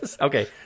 Okay